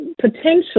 potentially